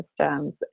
systems